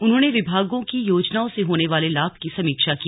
उन्होंने विभागों की योजनाओं से होने वाले लाभ की समीक्षा की